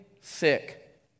sick